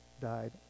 died